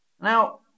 Now